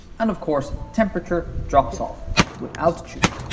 and of course, temperature drops off with altitude.